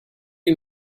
you